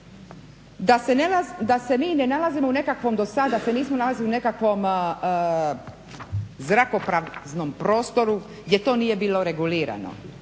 da se mi ne nalazimo u nekakvom do sada se nismo nalazili u nekakvom zrakopraznom prostoru gdje to nije bilo regulirano.